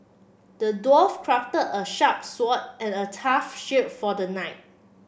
the dwarf crafted a sharp sword and a tough shield for the knight